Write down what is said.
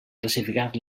classificar